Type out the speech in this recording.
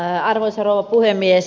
arvoisa rouva puhemies